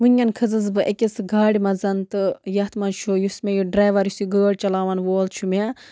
وٕنکٮ۪ن کھٔژٕس بہٕ أکِس گاڑِ منٛز تہٕ یَتھ منٛز چھُ یُس مےٚ یہِ ڈرٛیوَر یُس یہِ گٲڑۍ چَلاوَن وول چھُ مےٚ